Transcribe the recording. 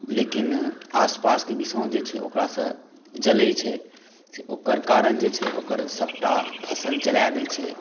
लेकिन आसपास के किसान जे छै ओकरा सँ जलै छै से ओकर कारण जे छै सबटा फसल जलाय दै छै